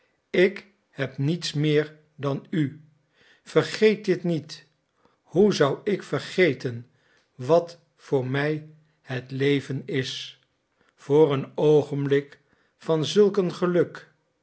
ik heb niets meer dan u vergeet dit niet hoe zou ik vergeten wat voor mij het leven is voor een oogenblik van zulk een geluk